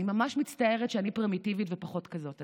אני ממש מצטערת שאני פרימיטיבית ופחות כזאת.